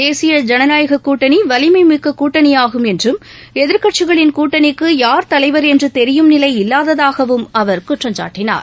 தேசிய ஜனநாயக கூட்டணி வலிமைமிக்க கூட்டணியாகும் என்றும் எதிர்க்கட்சிகளின் கூட்டணிக்கு யார் தலைவர் என்று தெரியும் நிலை இல்லாததாகவும் அவர் குற்றம்சாட்டினார்